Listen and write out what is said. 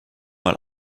mal